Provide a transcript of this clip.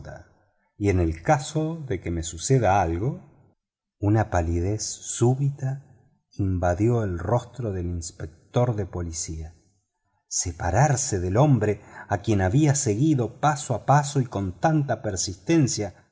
y en el caso de que me suceda algo una palidez súbita invadió el rostro del inspector de policía separarse del hombre a quien había seguido paso a paso y con tanta persistencia